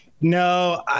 No